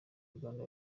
uganda